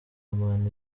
man